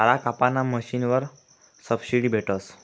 चारा कापाना मशीनवर सबशीडी भेटस